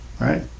right